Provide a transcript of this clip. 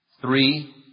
Three